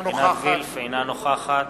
אינה נוכחת